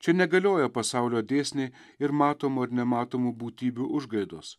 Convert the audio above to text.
čia negalioja pasaulio dėsniai ir matomų ar nematomų būtybių užgaidos